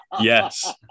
yes